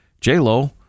J-Lo